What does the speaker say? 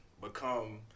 become